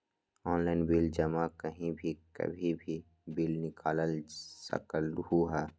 Online bill जमा कहीं भी कभी भी बिल निकाल सकलहु ह?